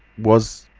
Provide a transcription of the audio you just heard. was.